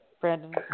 Brandon